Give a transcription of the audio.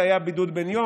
זה היה בידוד בן יום,